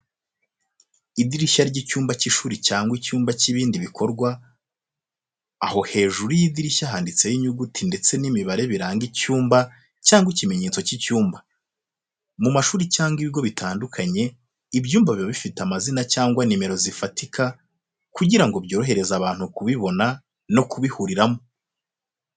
Idirishya ry'icyumba cy'ishuri cyangwa icyumba cy'ibindi bikorwa, aho hejuru y'idirishya handitsemo inyuguti ndetse n'imibare biranga icyumba cyangwa ikimenyetso cy'icyumba. Mu mashuri cyangwa ibigo bitandukanye ibyumba biba bifite amazina cyangwa nimero zifatika kugira ngo byorohereze abantu kubibona no kubihuriramo.